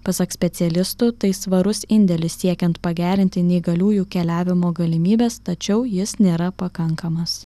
pasak specialistų tai svarus indėlis siekiant pagerinti neįgaliųjų keliavimo galimybes tačiau jis nėra pakankamas